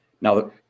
Now